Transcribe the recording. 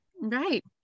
Right